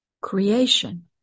creation